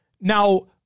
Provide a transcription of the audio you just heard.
Now